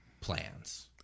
plans